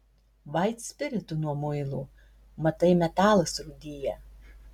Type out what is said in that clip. vaitspiritu nuo muilo matai metalas rūdija